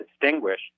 distinguished